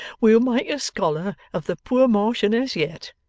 we'll make a scholar of the poor marchioness yet!